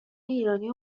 ایرانی